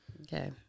Okay